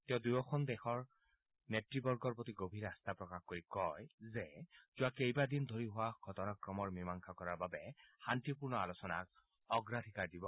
তেওঁ দুয়োখন দেশৰ নেত্ৰত্বৰ প্ৰতি গভীৰ আস্বা প্ৰকাশ কৰি কয় যে যোৱা কেইবাদিন ধৰি হোৱা ঘটনাক্ৰমৰ মীমাংসা কৰাৰ বাবে শান্তিপূৰ্ণ আলোচনাক অগ্ৰাধিকাৰ দিব